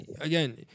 again